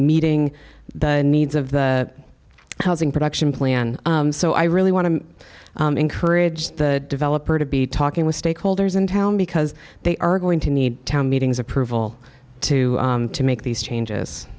meeting the needs of the housing production plan so i really want to encourage the developer to be talking with stakeholders in town because they are going to need town meetings approval to to make these changes